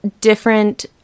different